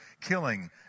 killing